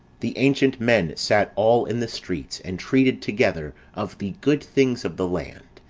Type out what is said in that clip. the ancient men sat all in the streets, and treated together of the good things of the land,